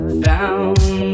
found